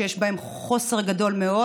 שיש בהם חוסר גדול מאוד.